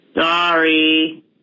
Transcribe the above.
sorry